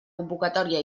convocatòria